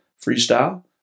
freestyle